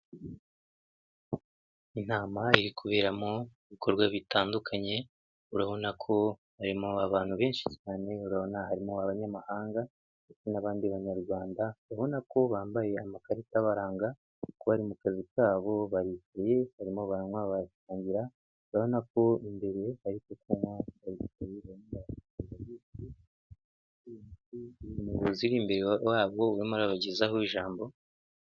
Inama iri kuberamo ibikorwa bitandukanye, urabona ko harimo aba abantu benshi cyane, barona harimo abanyamahanga ndetse n'abandi banyarwanda, babona ko bambaye amakarita baranga kuba bari mu kazi kabo bari barimo banywa basangira, urabona ko imbere ari kunywatabi umuyobozi uri imbere wabwa uri murirabagezaho ijambo.